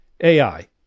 AI